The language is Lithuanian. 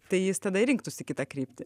tai jis tada ir rinktųsi kitą kryptį